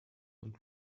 und